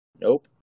Nope